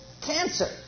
cancer